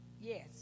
Yes